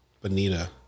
bonita